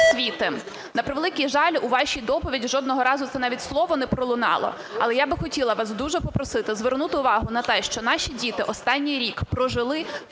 освіти. На превеликий жаль, у вашій доповіді жодного разу це навіть слово не пролунало. Але я би хотіла вас дуже попросити звернути увагу на те, що наші діти останній рік прожили